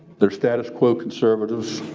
their status quo conservatives,